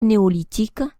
néolithique